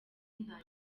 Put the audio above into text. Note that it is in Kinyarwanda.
nta